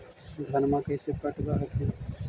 धन्मा कैसे पटब हखिन?